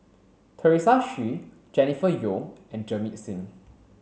Teresa Hsu Jennifer Yeo and Jamit Singh